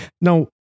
Now